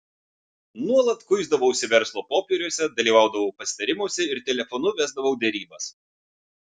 nuolat kuisdavausi verslo popieriuose dalyvaudavau pasitarimuose ir telefonu vesdavau derybas